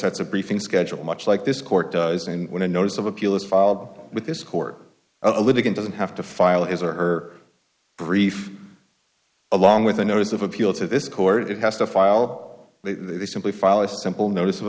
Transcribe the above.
a briefing schedule much like this court does and when a notice of appeal is filed with this court a litigant doesn't have to file his or her brief along with a notice of appeal to this court it has to file they simply follow a simple notice of